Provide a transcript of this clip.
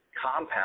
compound